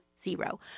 zero